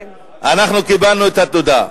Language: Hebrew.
אנחנו קיבלנו את התודה.